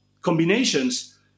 combinations